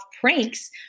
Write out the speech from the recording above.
pranks